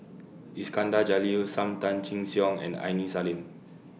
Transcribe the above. Iskandar Jalil SAM Tan Chin Siong and Aini Salim